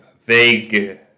vague